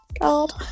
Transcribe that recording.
God